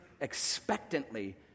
expectantly